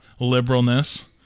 liberalness